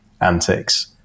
antics